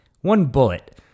One-bullet